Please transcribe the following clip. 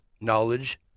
knowledge